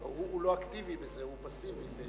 הוא לא אקטיבי בזה, הוא פסיבי.